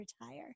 retire